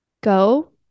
go